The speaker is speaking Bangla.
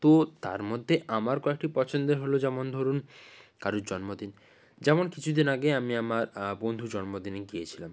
তো তার মধ্যে আমার কয়েকটি পছন্দের হলো যেমন ধরুন কারোর জন্মদিন যেমন কিছু দিন আগে আমি আমার বন্ধুর জন্মদিনে গিয়েছিলাম